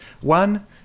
one